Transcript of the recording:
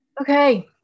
okay